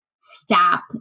stop